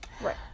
Right